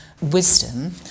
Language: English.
wisdom